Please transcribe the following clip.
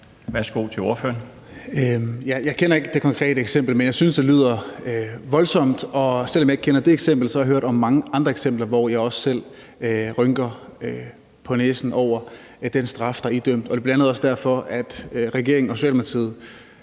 Brandenborg (S): Jeg kender ikke det konkrete eksempel, men jeg synes, det lyder voldsomt, og selv om jeg ikke kender det eksempel, har jeg hørt om mange andre eksempler, som jeg også selv rynker på næsen ad i forhold til den straf, vedkommende er blevet idømt. Det er bl.a. også derfor, regeringen og Socialdemokratiet